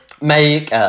make